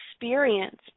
experience